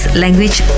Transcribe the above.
language